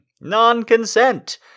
Non-consent